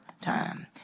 time